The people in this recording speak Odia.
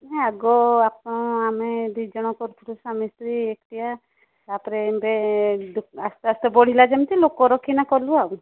ନାଇଁ ଆଗ ଆପଣ ଆମେ ଦୁଇ ଜଣ କରୁଥିଲୁ ସ୍ୱାମୀ ସ୍ତ୍ରୀ ଏକୁଟିଆ ତାପରେ ଏବେ ଆସ୍ତେ ଆସ୍ତେ ବଢ଼ିଲା ଯେମିତି ଲୋକ ରଖିକି କଲୁ ଆଉ